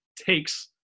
takes